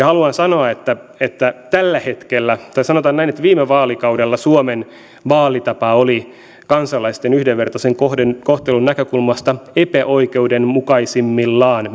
haluan sanoa että että tällä hetkellä tai sanotaan näin että viime vaalikaudella suomen vaalitapa oli kansalaisten yhdenvertaisen kohtelun kohtelun näkökulmasta epäoikeudenmukaisimmillaan